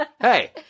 Hey